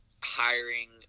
hiring